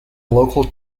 local